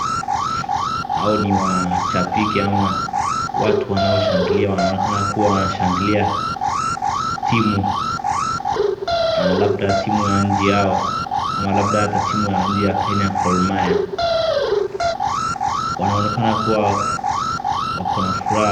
Hao ni mashaiki ama watu wanaoshangilia wanaonekana kuwa wanashangilia timu, labda timu ya nchi yaoa ama hata labda timu ya Kena Gormahia. wanaonekana kuwa wako na furaha.